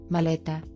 Maleta